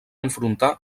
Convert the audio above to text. enfrontar